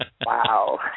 Wow